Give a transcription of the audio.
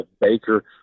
Baker